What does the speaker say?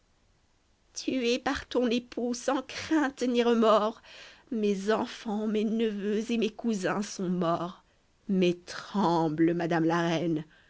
tués par ton époux sans crainte ni remords mes enfants mes neveux et mes cousins sont morts mais tremble madame la reine